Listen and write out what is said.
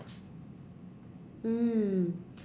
mm